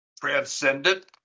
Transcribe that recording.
transcendent